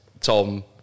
Tom